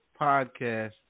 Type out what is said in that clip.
podcast